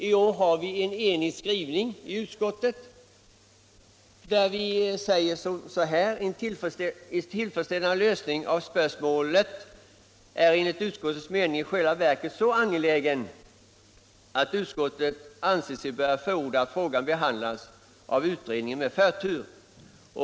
I år skriver ett enigt utskott: ”En tillfredsställande lösning av spörsmålet är enligt utskottets mening i själva verket så angelägen, att utskottet anser sig böra förorda att frågan behandlas av utredningen med förtur.